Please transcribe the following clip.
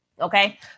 Okay